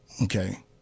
Okay